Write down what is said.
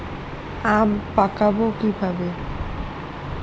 আম পাকাবো কিভাবে?